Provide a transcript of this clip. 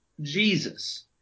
Jesus